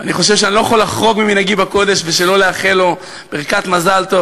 ואני חושב שאני לא יכול לחרוג ממנהגי בקודש ולא לאחל לו ברכת מזל טוב.